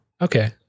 Okay